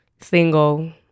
single